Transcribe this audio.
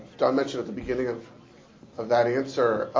don mentioned at the beginning of of that answer